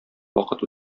вакыт